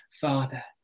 Father